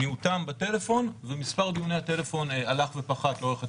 מיעוטם בטלפון ומספר דיוני הטלפון הלך ופחת לאורך התקופה,